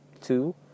two